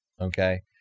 Okay